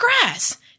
grass